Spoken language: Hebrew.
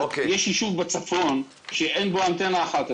יש יישוב בצפון שאין בו אנטנה אחת.